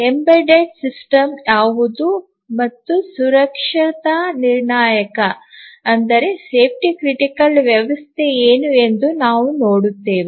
embedded system ಯಾವುದು ಮತ್ತು ಸುರಕ್ಷತಾ ನಿರ್ಣಾಯಕ ವ್ಯವಸ್ಥೆ ಏನು ಎಂದು ನಾವು ನೋಡುತ್ತೇವೆ